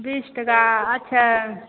बीस टका अच्छा